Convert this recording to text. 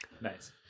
Nice